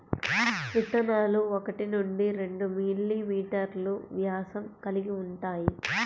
విత్తనాలు ఒకటి నుండి రెండు మిల్లీమీటర్లు వ్యాసం కలిగి ఉంటాయి